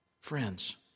Friends